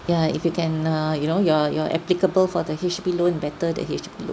ya if you can uh you know you're you're applicable for the H_D_B loan better the H_D_B loan